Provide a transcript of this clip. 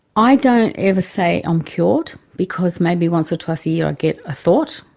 i don't ever say i'm cured because maybe once or twice a year i get a thought,